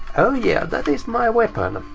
oh yeah, that is my weapon.